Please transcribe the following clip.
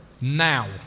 now